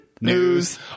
News